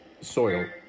soil